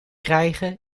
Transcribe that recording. krijgen